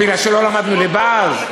בגלל שלא למדנו ליבה אז?